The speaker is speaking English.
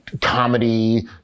comedy